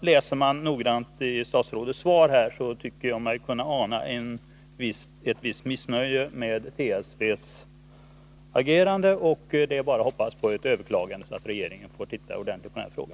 När jag noggrant läst statsrådets svar har jag där tyckt mig ana ett visst missnöje med trafiksäkerhetsverkets agerande. Det är bara att hoppas på ett överklagande, så att regeringen får se över frågan ordentligt.